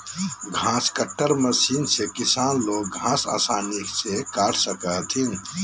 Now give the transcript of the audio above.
घास cutter machine से किसान लोग घास आसानी से काट सको हथिन